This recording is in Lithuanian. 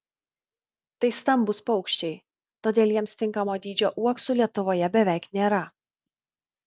tai stambūs paukščiai todėl jiems tinkamo dydžio uoksų lietuvoje beveik nėra